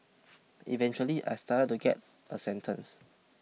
eventually I started to get a sentence